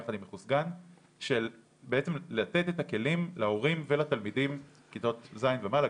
יחד עם --- של בעצם לתת את הכלים להורים ולתלמידים בכיתות ז' ומעלה,